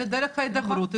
אלא בדרך ההידברות,